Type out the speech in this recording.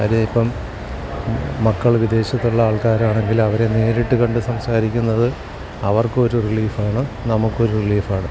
കാര്യം ഇപ്പം മക്കള് വിദേശത്തുള്ള ആൾക്കാരാണെങ്കിൽ അവരെ നേരിട്ട് കണ്ട് സംസാരിക്കുന്നത് അവർക്കൊരു റിലീഫ് ആണ് നമുക്കൊരു റിലീഫ് ആണ്